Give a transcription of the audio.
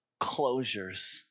closures